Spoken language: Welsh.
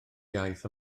iaith